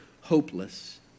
hopeless